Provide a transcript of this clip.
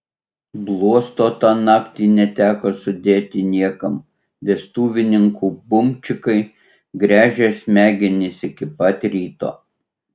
bluosto tą naktį neteko sudėti niekam vestuvininkų bumčikai gręžė smegenis iki pat ryto